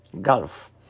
Gulf